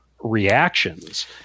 reactions